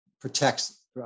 protects